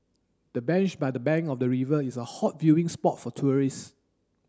the bench by the bank of the river is a hot viewing spot for tourists